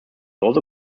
also